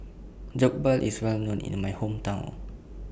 Jokbal IS Well known in My Hometown